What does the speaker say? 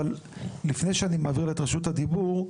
אבל לפני שאני מעביר את רשות הדיבור,